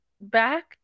back